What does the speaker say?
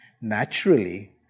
Naturally